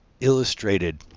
illustrated